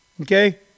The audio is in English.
Okay